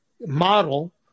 model